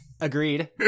agreed